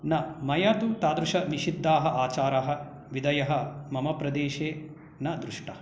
न मया तु तादृशनिषिद्धाः आचाराः विधयः मम प्रदेशे न दृष्टाः